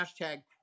Hashtag